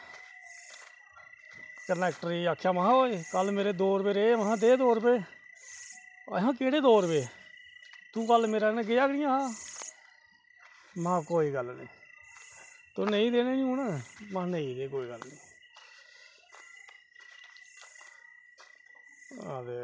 conductor गी महां ओए कल्ल मेरे दो रपेऽ रेह् महां दे मेरे दो रपेऽ ऐहें केह्ड़े दो रपेऽ तूं कल्ल मेरे कन्नै गेआ गै निं हा महां कोई गल्ल निं तोह् नेईं देने निं महां कोई गल्ल निं